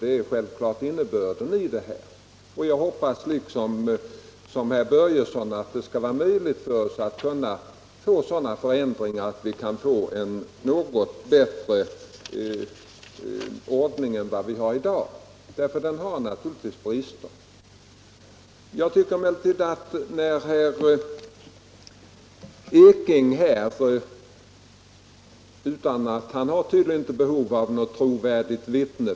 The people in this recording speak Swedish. Jag hoppas alltså, liksom herr Börjesson i Falköping, att det skall vara möjligt för oss att göra sådana förändringar att vi får en något bättre ordning än den vi har i dag. Den nuvarande ordningen har naturligtvis sina brister. När det gäller herr Ekinge måste jag säga attt han tydligen för egen del inte har behov av något trovärdigt vittne.